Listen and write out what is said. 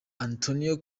antonio